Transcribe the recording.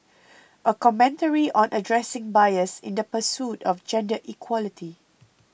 a commentary on addressing bias in the pursuit of gender equality